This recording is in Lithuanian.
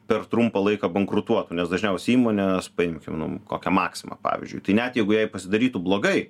per trumpą laiką bankrutuotų nes dažniausiai įmonės paimkim nu kokią maksimą pavyzdžiui tai net jeigu jai pasidarytų blogai